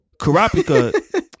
Karapika